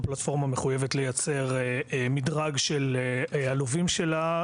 פלטפורמה מחויבת לייצר מדרג של הלווים שלה,